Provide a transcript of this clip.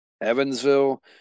Evansville